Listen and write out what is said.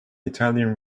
italian